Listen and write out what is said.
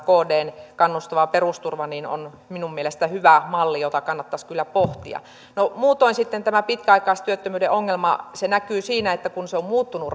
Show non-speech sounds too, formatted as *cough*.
kdn kannustava perusturva on minun mielestäni hyvä malli jota kannattaisi kyllä pohtia no muutoin sitten tämä pitkäaikaistyöttömyyden ongelma näkyy siinä että kun se on muuttunut *unintelligible*